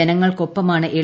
ജനങ്ങൾക്കൊപ്പമാണ് L